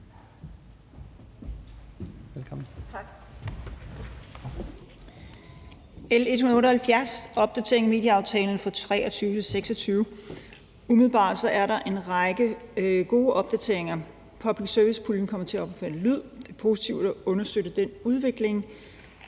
(KF): Tak. L 178 er en opdatering af medieaftalen fra 2023-2026. Umiddelbart er der en række gode opdateringer. Public service-puljen kommer til at omfatte lyd. Det er positivt at understøtte den udvikling,